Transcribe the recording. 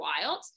wild